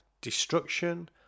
destruction